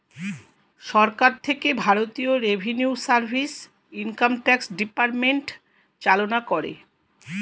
সরকার থেকে ভারতীয় revenue service, income tax department চালনা করে